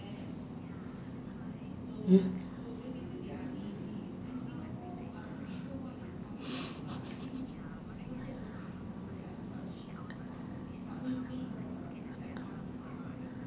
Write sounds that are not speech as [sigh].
!huh! [laughs]